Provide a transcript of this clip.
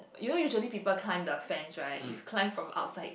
you know usually people climb the fence right is climb from outside